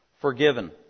forgiven